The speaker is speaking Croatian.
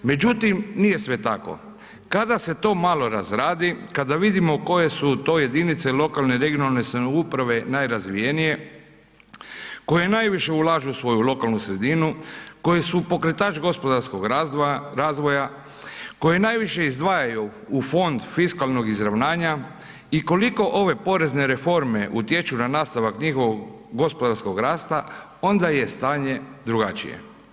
Međutim, nije sve tako, kada se to malo razradi, kada vidimo koje su to jedinice lokalne i regionalne samouprave najrazvijenije, koje najviše ulažu u svoju lokalnu sredinu, koje su pokretač gospodarskog razvoja, koje najviše izdvajaju u fond fiskalnog izravnanja i koliko ove porezne reforme utječu na nastavak njihovog gospodarskog rasta onda je stanje drugačije.